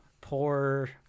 poor